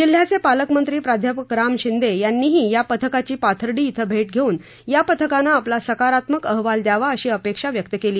जिल्ह्याचे पालकमंत्री प्राध्यापक राम शिंदे यांनीही या पथंकाची पाथर्डी येथे भेट घेऊन या पथकाने आपला सकारात्मक अहवाल द्यावा अशी अपेक्षा व्यक्त केली